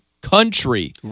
country